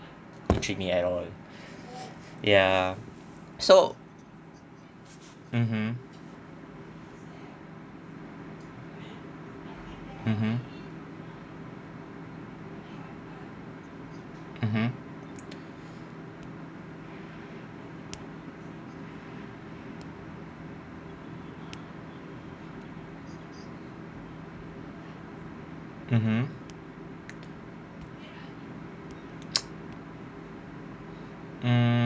intrigued me at all ya so mmhmm mmhmm mmhmm mmhmm mm